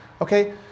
okay